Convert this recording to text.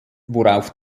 worauf